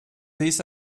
this